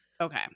Okay